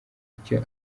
icyo